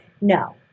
no